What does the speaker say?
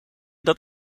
dat